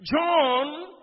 John